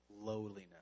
lowliness